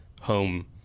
home